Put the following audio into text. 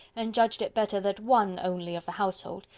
and judged it better that one only of the household,